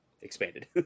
expanded